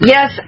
Yes